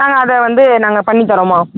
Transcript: நாங்கள் அதை வந்து நாங்கள் பண்ணித் தரோம்மா